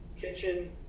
kitchen